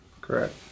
Correct